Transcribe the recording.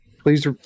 please